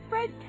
Red